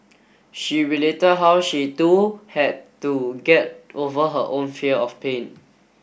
she related how she too had to get over her own fear of pain